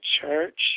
church